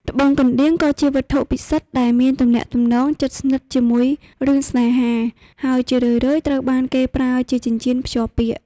ត្បូងកណ្តៀងក៏ជាវត្ថុពិសិដ្ឋដែលមានទំនាក់ទំនងជិតស្និទ្ធជាមួយរឿងស្នេហា ហើយជារឿយៗត្រូវបានគេប្រើជាចិញ្ចៀនភ្ជាប់ពាក្យ។